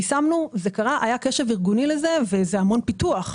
היה קשב ארגוני לזה וזה המון פיתוח.